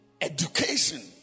education